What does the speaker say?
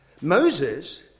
Moses